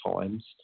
times